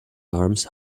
arms